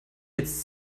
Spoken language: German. jetzt